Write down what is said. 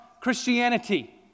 Christianity